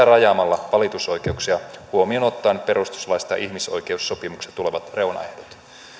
rajaamalla valitusoikeuksia huomioon ottaen perustuslaista ja ihmisoikeussopimuksista tulevat reunaehdot